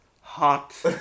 hot